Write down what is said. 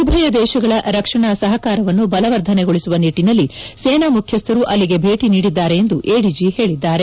ಉಭಯ ದೇಶಗಳ ರಕ್ಷಣಾ ಸಹಕಾರವನ್ನು ಬಲವರ್ಧನೆಗೊಳಿಸುವ ನಿಟ್ಟನಲ್ಲಿ ಸೇನಾ ಮುಖ್ಯಸ್ವರು ಅಲ್ಲಿಗೆ ಭೇಟ ನೀಡಿದ್ದಾರೆ ಎಂದು ಎಡಿಜಿ ಹೇಳಿದ್ದಾರೆ